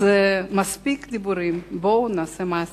אז מספיק דיבורים, בואו נעשה מעשים.